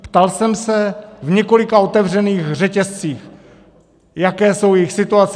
Ptal jsem se v několika otevřených řetězcích, jaká je jejich situace atd.